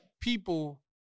people